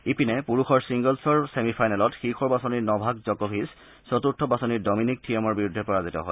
ইপিনে পুৰুষৰ ছিংগলছৰ ছেমিফাইনেলত শীৰ্ষ বাছনিৰ নভাক জকভিছ চতুৰ্থ বাছনিৰ ড মিনিক থিয়েমৰ বিৰুদ্ধে পৰাজিত হয়